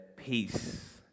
peace